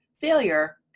failure